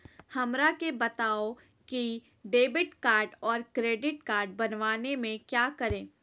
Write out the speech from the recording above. हमरा के बताओ की डेबिट कार्ड और क्रेडिट कार्ड बनवाने में क्या करें?